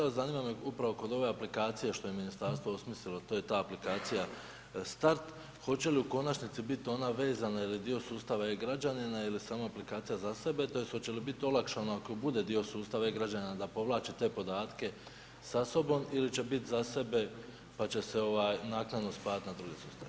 A zanima me upravo kod ove aplikacije što je ministarstvo osmislilo, to je ta aplikacija start, hoće li u konačnici bit ona vezana ili dio sustava e-građanina ili samo aplikacija za sebe tj. hoće li bit olakšano ako bude dio sustava e-građana da povlači te podatke sa sobom ili će bit za sebe, pa će se naknadno spajat na druge sustave?